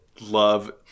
love